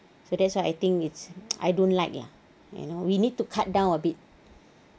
so that's why I think it's I don't like lah you know we need to cut down a bit